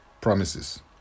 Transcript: promises